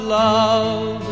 love